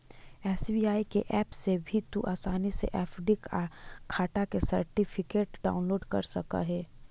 SBI के app से भी तू आसानी से एफ.डी खाटा के सर्टिफिकेट डाउनलोड कर सकऽ हे